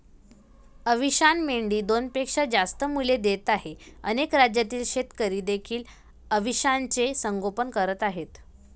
अविशान मेंढी दोनपेक्षा जास्त मुले देत आहे अनेक राज्यातील शेतकरी देखील अविशानचे संगोपन करत आहेत